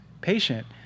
patient